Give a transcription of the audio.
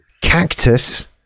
cactus